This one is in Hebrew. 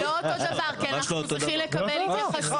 זה לא אותו דבר כי אנחנו נתחיל לקבל התייחסות.